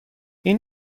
این